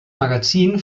magazin